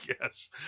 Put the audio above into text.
Yes